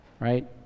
Right